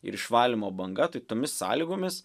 ir išvalymo banga tai tomis sąlygomis